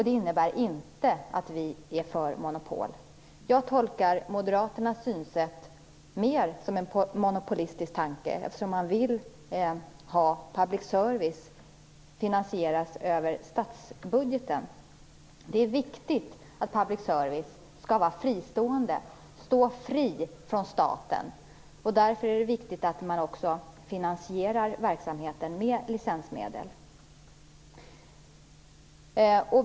Det innebär inte att vi är för monopol. Jag tycker att Moderaternas synsätt är mer monopolistiskt, eftersom man vill att public service skall finansieras över statsbudgeten. Det är viktigt att public service är fristående, står fri från staten, och därför är det viktigt att man också finansierar verksamheten med licensmedel.